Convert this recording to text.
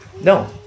No